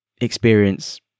Experience